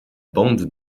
bande